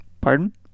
Pardon